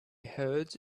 heard